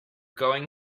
going